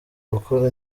gukora